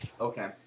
Okay